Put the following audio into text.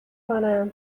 کنم